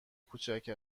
کوچک